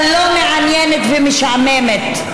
לא מעניינת ומשעממת.